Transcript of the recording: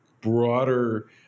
broader